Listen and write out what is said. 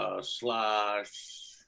slash